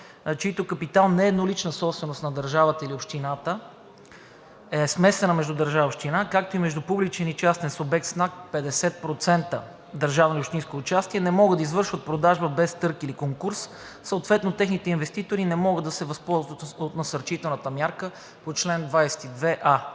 чийто капитал не е еднолична собственост на държавата или общината, смесена е между държава и община, както и между публичен и частен субект, с над 50% държавно и общинско участие не могат да извършват продажба без търг или конкурс и съответно техните инвеститори не могат да се възползват от насърчителната мярка по чл. 22а,